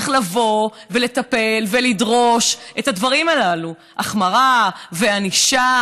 צריך לבוא ולטפל ולדרוש את הדברים הללו: החמרה וענישה.